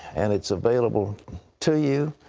and its available to you